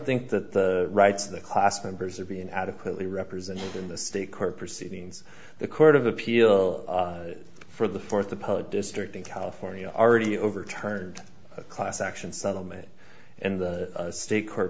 think that the rights of the class members are being adequately represented in the state court proceedings the court of appeal for the fourth the public district in california already overturned a class action settlement in the state court